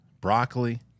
broccoli